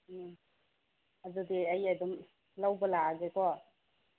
ꯎꯝ ꯑꯗꯨꯗꯤ ꯑꯩ ꯑꯗꯨꯝ ꯂꯧꯕ ꯂꯥꯛꯑꯒꯦꯀꯣ